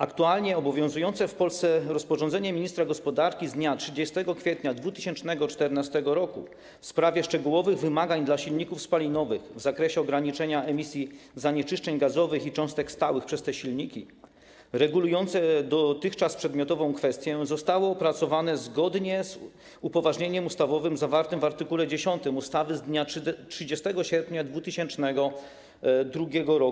Aktualnie obowiązujące w Polsce rozporządzenie ministra gospodarki z dnia 30 kwietnia 2014 r. w sprawie szczegółowych wymagań dla silników spalinowych w zakresie ograniczenia emisji zanieczyszczeń gazowych i cząstek stałych przez te silniki regulujące dotychczas przedmiotową kwestię zostało opracowane zgodnie z upoważnieniem ustawowym zawartym w art. 10 ustawy z dnia 30 sierpnia 2002 r.